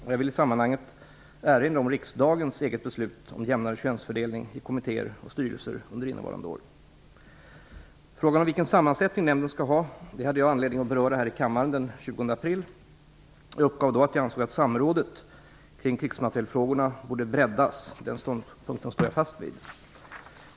Jag vill i sammanhanget erinra om riksdagens eget beslut om jämnare könsfördelning i kommittéer och styrelser under innevarande år. Frågan om vilken sammansättning nämnden skall ha hade jag anledning att beröra här i kammaren den 20 april. Jag uppgav då att jag ansåg att samrådet kring krigsmaterielfrågorna borde breddas. Den ståndpunkten står jag fast vid.